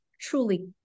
truly